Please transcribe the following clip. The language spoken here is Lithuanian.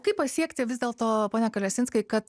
kaip pasiekti vis dėlto pone kalesinskai kad